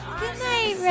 goodnight